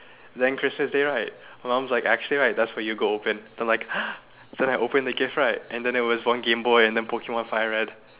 then christmas day right my mom's like actually right that's for you to open then I'm like then I open the gift right and then it was one game boy and then pokemon fire red